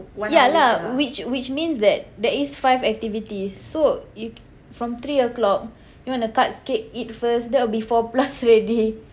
ya lah which which means that there is five activities so if from three o'clock you wanna cut cake eat first that will be four plus already